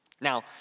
Now